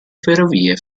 ferrovie